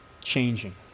changing